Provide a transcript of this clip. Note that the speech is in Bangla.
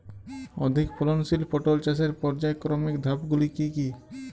অধিক ফলনশীল পটল চাষের পর্যায়ক্রমিক ধাপগুলি কি কি?